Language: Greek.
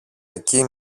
εκεί